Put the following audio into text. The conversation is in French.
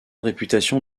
réputation